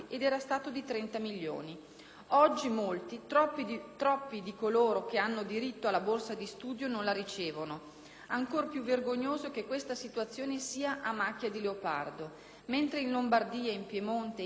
Oggi molti, troppi, di coloro che hanno diritto alla borsa di studio non la ricevono. Ancor più vergognoso è che questa situazione sia a macchia di leopardo. Mentre in Lombardia, Piemonte e in altre (poche) regioni